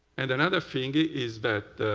and another thing is that